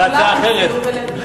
אבל הצעה אחרת.